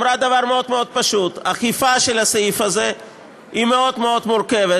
היא אמרה דבר מאוד מאוד פשוט: אכיפה של הסעיף הזה היא מאוד מאוד מורכבת,